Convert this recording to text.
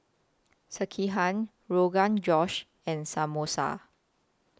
Sekihan Rogan Josh and Samosa